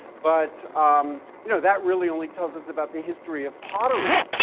but um you know that really only tells us about the history of pottery,